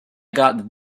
got